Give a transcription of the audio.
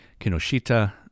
Kinoshita